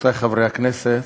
רבותי חברי הכנסת,